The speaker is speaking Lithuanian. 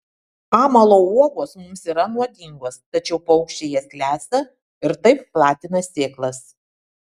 amalo uogos mums yra nuodingos tačiau paukščiai jas lesa ir taip platina sėklas